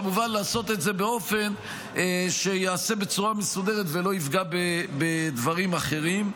כמובן לעשות את זה באופן מסודר שלא יפגע בדברים אחרים.